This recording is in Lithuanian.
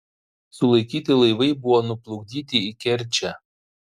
sulaikyti laivai buvo nuplukdyti į kerčę